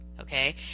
okay